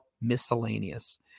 miscellaneous